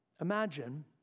imagine